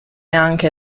anche